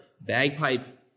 bagpipe